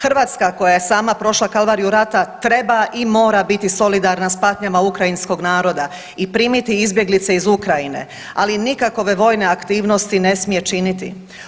Hrvatska koja je sama prošla kalvariju rata treba i mora biti solidarna s patnjama ukrajinskog naroda i primiti izbjeglice iz Ukrajine, ali nikakove vojne aktivnosti ne smije činiti.